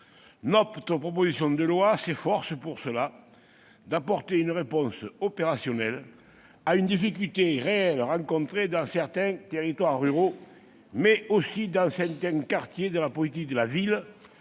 notre proposition de loi s'efforce d'apporter une réponse opérationnelle à une difficulté réelle rencontrée non seulement dans certains territoires ruraux, mais aussi dans certains quartiers de la politique de la ville